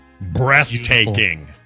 Breathtaking